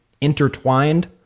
intertwined